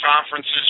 conferences